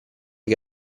che